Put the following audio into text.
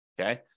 Okay